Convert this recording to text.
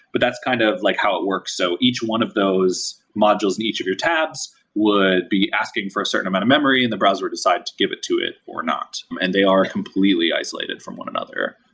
but that's kind of like how it works. so each one of those modules in each of your tabs would be asking for a certain amount of memory and the browser decide to give it to it or not, and they are completely isolated from one another.